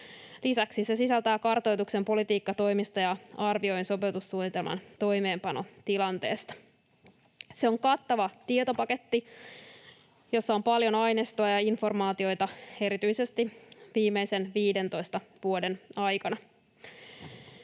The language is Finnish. Lisäksi se sisältää kartoituksen politiikkatoimista ja arvion sopeutussuunnitelman toimeenpanotilanteesta. Se on kattava tietopaketti, jossa on paljon aineistoa ja informaatiota erityisesti viimeisen 15 vuoden ajalta.